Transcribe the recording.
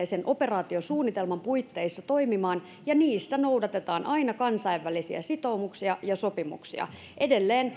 sen operaatiosuunnitelman puitteissa toimimaan ja niissä noudatetaan aina kansainvälisiä sitoumuksia ja sopimuksia